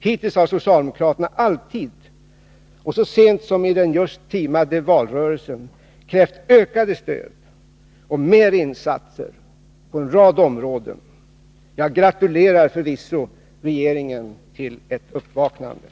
Hittills har socialdemokraterna alltid och så sent som i den just timade valrörelsen krävt ökat stöd och mer insatser på en rad områden. Jag gratulerar förvisso regeringen till uppvaknandet!